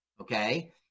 okay